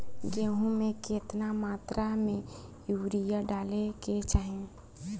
गेहूँ में केतना मात्रा में यूरिया डाले के चाही?